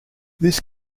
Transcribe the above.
this